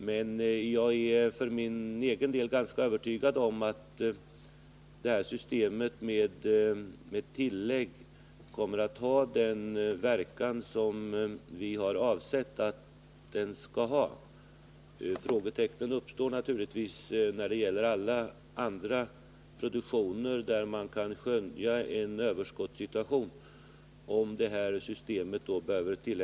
Men jag är för egen del ganska övertygad om att systemet med tillägg kommer att ha den verkan som vi har avsett att det skall ha. Frågetecknen gäller naturligtvis om det här systemet behöver tillämpas för andra produkter där man kan skönja en överskottssituation.